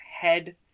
head